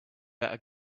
better